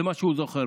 זה מה שהוא זוכר.